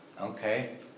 Okay